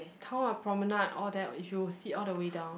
town ah Promenade all there if you sit all the way down